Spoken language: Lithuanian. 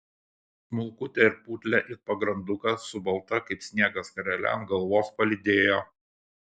smulkutę ir putlią it pagrandukas su balta kaip sniegas skarele ant galvos palydėjo